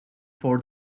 for